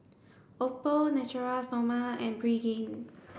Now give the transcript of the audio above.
Oppo Natura Stoma and Pregain